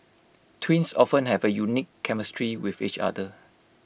twins often have A unique chemistry with each other